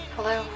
Hello